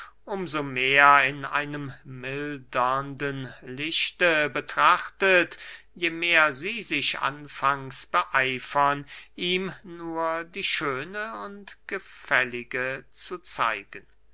so mehr in einem mildernden lichte betrachtet je mehr sie sich anfangs beeifern ihm nur die schöne und gefällige zu zeigen